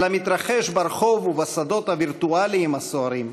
אל המתרחש ברחוב ובשדות הווירטואליים הסוערים,